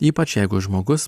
ypač jeigu žmogus